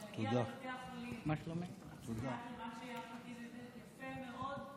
להגיע לבתי החולים הפסיכיאטריים זה באמת יפה מאוד.